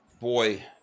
boy